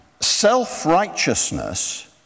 Self-righteousness